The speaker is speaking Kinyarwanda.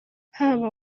haba